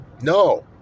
no